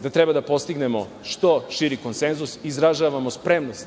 da treba da postignemo što širi konsenzus. Izražavamo spremnost